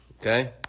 Okay